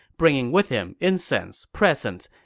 bringing with him incense, presents,